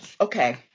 Okay